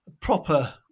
proper